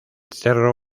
cerro